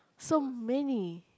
so many